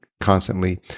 Constantly